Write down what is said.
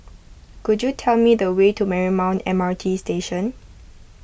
could you tell me the way to Marymount M R T Station